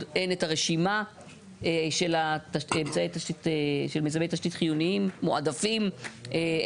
אין את הרשימה של מיזמי תשתית חיוניים מועדפים,